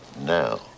Now